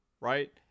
Right